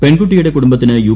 പെൺകുട്ടിയുടെ കുടുംബത്തിന് യു